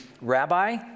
rabbi